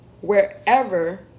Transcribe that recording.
wherever